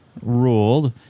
ruled